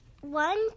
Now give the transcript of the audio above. one